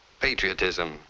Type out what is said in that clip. patriotism